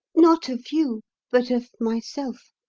not of you but of myself.